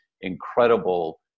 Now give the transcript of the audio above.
incredible